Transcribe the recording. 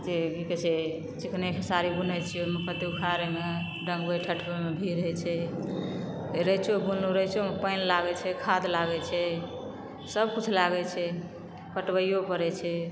कते की कहै छै चिकने खेसारी बुनै छियै ओहिमे कते ऊखारैमे डंगबइ ठठबैमे भिड़ होइ छै रैचो बुनलु रैचो मे पानि लागै छै खाद लागै छै सबकिछु लागै छै पटबैयो परै छै